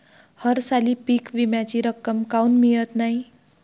हरसाली पीक विम्याची रक्कम काऊन मियत नाई?